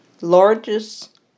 Largest